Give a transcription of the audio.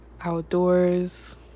outdoors